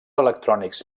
electrònics